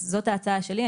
זאת ההצעה שלי.